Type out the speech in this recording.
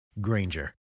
Granger